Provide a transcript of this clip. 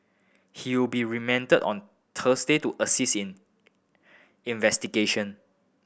he will be remanded on Thursday to assist in investigation